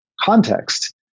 context